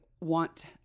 want